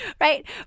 right